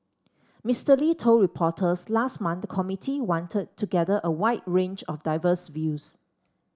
Mister Lee told reporters last month the committee wanted to gather a wide range of diverse views